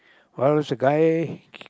while's a guy